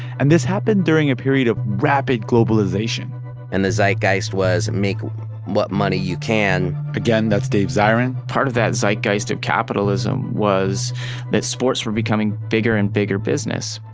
and this happened during a period of rapid globalization and the zeitgeist was make what money you can again, dave zirin part of that zeitgeist of capitalism was that sports were becoming bigger and bigger business.